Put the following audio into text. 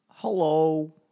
Hello